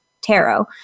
tarot